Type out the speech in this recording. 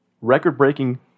record-breaking